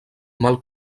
mal